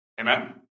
Amen